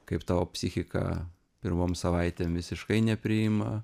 kaip tavo psichika pirmom savaitėm visiškai nepriima